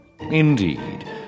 Indeed